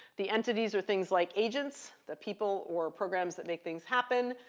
the entities are things like agents, the people or programs that make things happen,